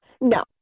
no